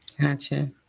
Gotcha